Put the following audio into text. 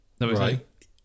Right